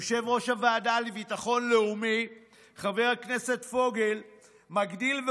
יושב-ראש הוועדה לביטחון לאומי חבר הכנסת פוגל מגדיל,